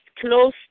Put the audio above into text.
close